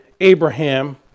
Abraham